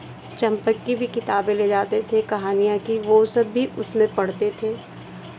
चंपक की भी किताबें ले जाते थे कहानियाँ की वो सब भी उसमें पढ़ते थे